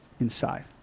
inside